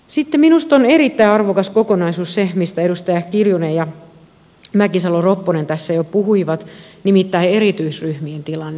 sitten minusta on erittäin arvokas kokonaisuus se mistä edustajat kiljunen ja mäkisalo ropponen tässä jo puhuivat nimittäin erityisryhmien tilanne